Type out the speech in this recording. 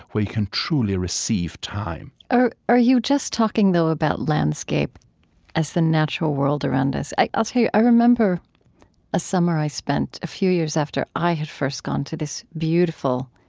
where you can truly receive time are are you just talking, though, about landscape as the natural world around us? i'll tell you, i remember a summer i spent, a few years after i had first gone to this beautiful,